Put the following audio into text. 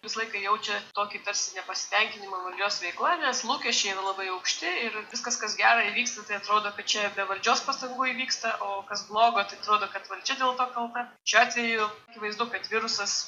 visą laiką jaučia tokį tarsi nepasitenkinimą valdžios veikla nes lūkesčiai yra labai aukšti ir viskas kas gero įvyksta tai atrodo kad čia be valdžios pastangų įvyksta o kas blogo tai atrodo kad valdžia dėl to kalta šiuo atveju akivaizdu kad virusas